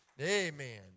Amen